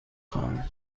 خواهم